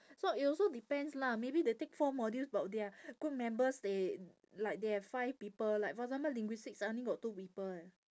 so it also depends lah maybe they take four modules but their group members they like they have five people like for example linguistics I only got two people eh